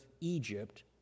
Egypt